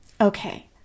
Okay